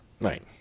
Right